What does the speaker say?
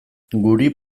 guri